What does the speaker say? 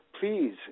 Please